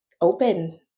open